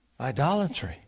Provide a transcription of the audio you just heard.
Idolatry